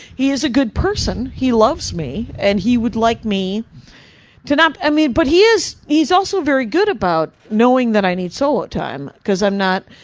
he is a good person, he loves me, and he would like me to not, but he is, he's also very good about knowing that i need solo time. cause i'm not.